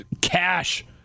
cash